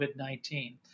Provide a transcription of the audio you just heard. COVID-19